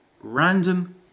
random